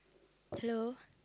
hello